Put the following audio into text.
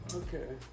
okay